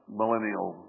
millennial